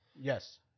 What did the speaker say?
yes